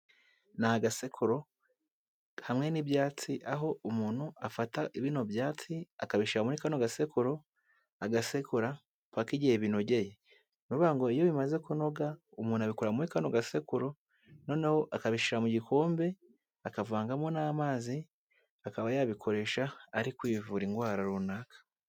Ni agasekururo hamwe n'ibyatsi, aho umuntu afata bino byatsi, akabishara muri kano gasekururo, agasekura paka igihehe binogeye. Ni ukuvuga ngo iyo bimaze kunoga, umuntu abikura muri kano gasekuru, noneho akabishyira mu gikombe, akavangamo n'amazi, akaba yabikoresha ari kwivura indwara runaka